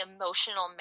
emotional